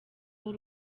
w’u